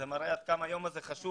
שזה מראה עד כמה היום הזה חשוב.